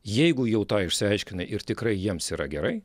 jeigu jau tą išsiaiškinai ir tikrai jiems yra gerai